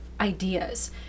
ideas